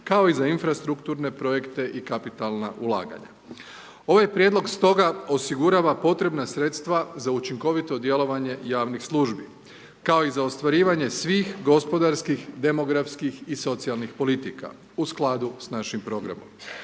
kao i za infrastrukturne projekte i kapitalna ulaganja. Ovaj Prijedlog stoga osigurava potrebna sredstva za učinkovito djelovanje javnih službi, ako i za ostvarivanje svih gospodarskih, demografskih i socijalnih politika, u skladu s našim programom.